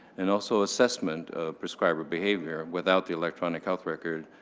and also assessment of prescriber behavior. without the electronic health record,